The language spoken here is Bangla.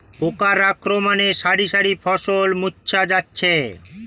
পোকার আক্রমণে শারি শারি ফসল মূর্ছা যাচ্ছে